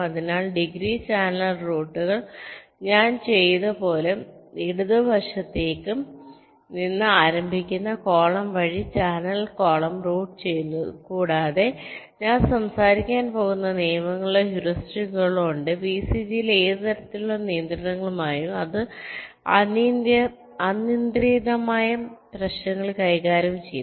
അതിനാൽ greedy channel router ഞാൻ പറഞ്ഞതുപോലെ ഇടത് വശത്ത് നിന്ന് ആരംഭിക്കുന്ന കോളം വഴി ചാനൽ കോളം റൂട്ട് ചെയ്യുന്നു കൂടാതെ ഞാൻ സംസാരിക്കാൻ പോകുന്ന നിയമങ്ങളോ ഹ്യൂറിസ്റ്റിക്സുകളോ ഉണ്ട് വിസിജിയിലെ ഏത് തരത്തിലുള്ള നിയന്ത്രണങ്ങളുമായും ഇത് അനിയന്ത്രിതമായ പ്രശ്നങ്ങൾ കൈകാര്യം ചെയ്യും